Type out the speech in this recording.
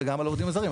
גם על העובדים הזרים.